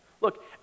Look